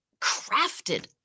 crafted